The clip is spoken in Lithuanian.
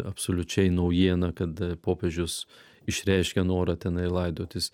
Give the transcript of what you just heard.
absoliučiai naujiena kad popiežius išreiškė norą tenai laidotis